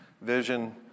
vision